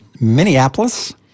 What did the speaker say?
Minneapolis